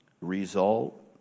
result